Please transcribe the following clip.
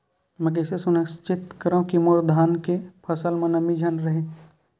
मैं कइसे सुनिश्चित करव कि मोर धान के फसल म नमी झन रहे?